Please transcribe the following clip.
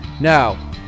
Now